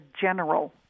general